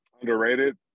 Underrated